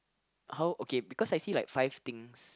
how okay because I see like five things